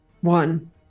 one